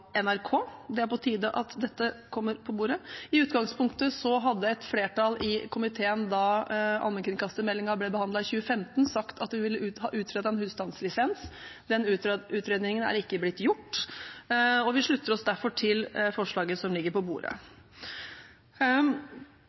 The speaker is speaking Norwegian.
NRK. Det er på tide at dette kommer på bordet. I utgangspunktet hadde et flertall i komiteen, da allmennkringkastermeldingen ble behandlet i 2015, sagt at de ville ha utredet en husstandslisens. Den utredningen er ikke blitt gjort, og vi slutter oss derfor til forslaget som ligger på bordet.